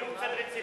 תהיו קצת רציניים.